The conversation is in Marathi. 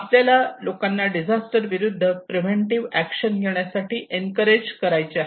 आपल्याला लोकांना डिझास्टर विरुद्ध प्रिव्हेंटिव्ह एक्शन घेण्यासाठी इनकरेज करायचे आहे